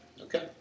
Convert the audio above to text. Okay